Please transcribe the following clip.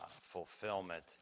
fulfillment